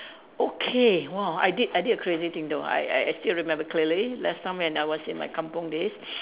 okay !wow! I did I did a crazy thing though I I I still remember clearly last time when I was in my kampung days